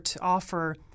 offer